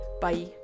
bye